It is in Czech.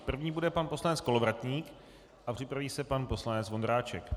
První bude pan poslanec Kolovratník a připraví se pan poslanec Vondráček.